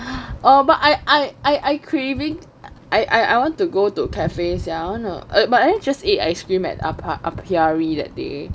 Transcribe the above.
oh but I I I I craving I I want to go to cafes sia I but I just eat ice cream at upper upper theory that day